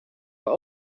haar